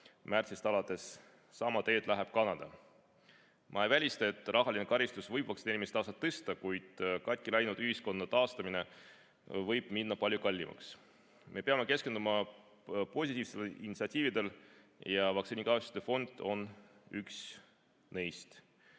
märtsist alates, sama teed läheb Kanada. Ma ei välista, et rahaline karistus võib vaktsineerimise taset tõsta, kuid katki läinud ühiskonna taastamine võib minna palju kallimaks. Me peame keskenduma positiivsetele initsiatiividele ja vaktsiinikahjustuste fond on üks neist.